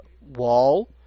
wall